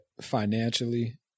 financially